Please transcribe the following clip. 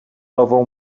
nową